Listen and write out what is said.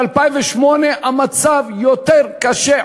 ב-2008 המצב היה יותר קשה,